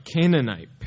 Canaanite